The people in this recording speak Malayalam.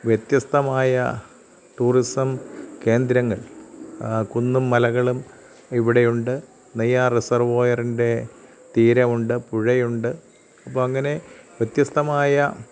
വ്യത്യസ്തമായ ടൂറിസം കേന്ദ്രങ്ങൾ കുന്നും മലകളും ഇവിടെയുണ്ട് നെയ്യാർ റിസർവോയറിൻ്റെ തീരമുണ്ട് പുഴയുണ്ട് അപ്പോള് അങ്ങനെ വ്യത്യസ്തമായ